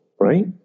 right